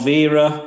Vera